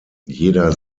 jeder